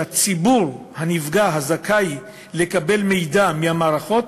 שהציבור הנפגע הזכאי לקבל מידע מהמערכות,